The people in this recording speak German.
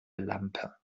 lampe